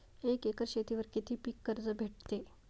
एक एकर शेतीवर किती पीक कर्ज भेटते?